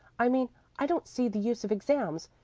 i mean i don't see the use of exams.